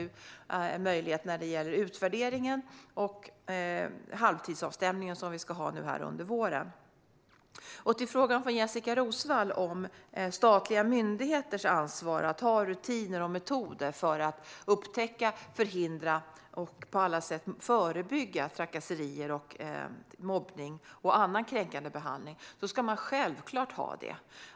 Det är en möjlighet när det gäller utvärderingen och halvtidsavstämningen som vi ska ha under våren. Jessika Roswall frågade om statliga myndigheters ansvar att ha rutiner och metoder för att upptäcka, förhindra och på alla sätt förebygga trakasserier, mobbning och annan kränkande behandling. Man ska självklart ha det.